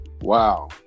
wow